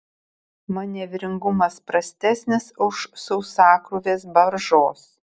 manevringumas prastesnis už sausakrūvės baržos